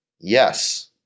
Yes